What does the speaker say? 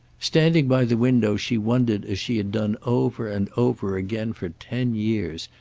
standing by the window, she wondered as she had done over and over again for ten years,